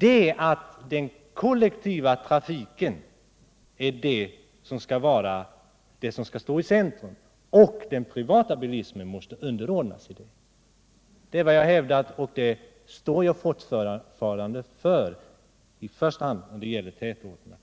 är att låta den kollektiva trafiken stå i centrum. Den privata bilismen måste underordna sig denna. Det är vad jag hävdat och det står jag fortfarande för, i första hand när det gäller tätorterna.